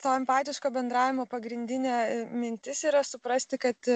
to empatiško bendravimo pagrindinė mintis yra suprasti kad